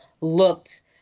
looked